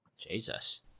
Jesus